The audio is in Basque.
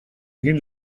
egin